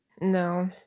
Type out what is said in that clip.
no